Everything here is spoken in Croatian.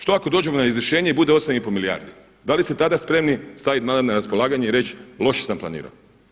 Što ako dođemo na izvršenje i bude 8 i pol milijardi, da li ste tada spremni staviti mandat na raspolaganje i reći loše sam planirao?